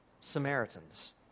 Samaritans